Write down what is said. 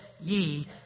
ye